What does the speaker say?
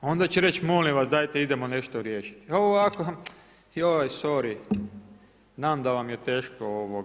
Onda će reći molim vas dajte idemo nešto riješiti, a ovako joj sory znam da vam je teško.